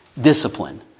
discipline